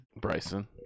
Bryson